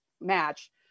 match